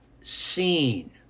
seen